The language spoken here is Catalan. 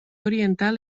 orientar